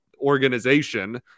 organization